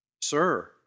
Sir